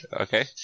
Okay